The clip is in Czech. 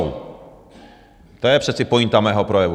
To je přece pointa mého projevu.